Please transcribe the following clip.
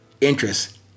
interest